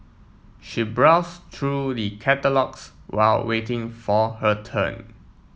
she brows through the catalogues while waiting for her turn